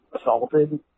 assaulted